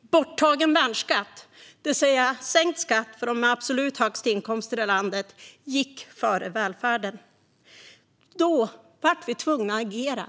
Borttagen värnskatt, det vill säga sänkt skatt för dem med de absolut högst inkomsterna i landet, gick före välfärden. Då var vi tvungna att agera.